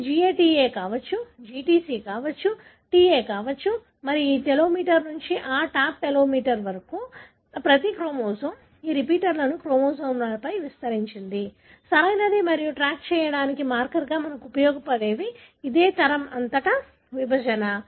ఇది GATA కావచ్చు GTC కావచ్చు TA కావచ్చు మరియు ఈ టెలోమీర్ నుండి ఆ టాప్ టెలోమీర్ వరకు ప్రతి క్రోమోజోమ్ ఈ రిపీట్లను క్రోమోజోమ్పై విస్తరించింది సరియైనది మరియు ట్రాక్ చేయడానికి మార్కర్గా మనం ఉపయోగించేది ఇదే తరం అంతటా విభజన